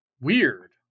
weird